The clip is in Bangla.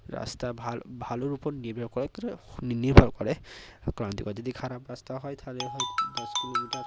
রাস্তা ভালো ভালোর ওপর নির্ভর করে নি নির্ভর করে কারণ এবার যদি খারাপ রাস্তা হয় তাহলে হয় দশ কিলোমিটার